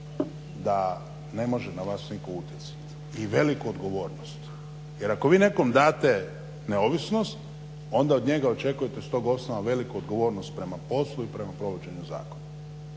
da ne može na vas nitko utjecati i veliku odgovornost. Jer ako vi nekom date neovisnost onda od njega očekujete s tog osnova veliku odgovornost prema poslu i prema provođenju zakona.